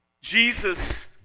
Jesus